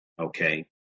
okay